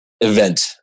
event